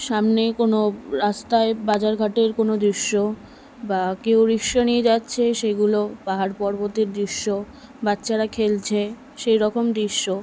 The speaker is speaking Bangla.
সামনে কোনো রাস্তায় বাজারঘাটের কোনো দৃশ্য বা কেউ রিক্সা নিয়ে যাচ্ছে সেগুলো পাহাড় পর্বতের দৃশ্য বাচ্চারা খেলছে সেই রকম দৃশ্য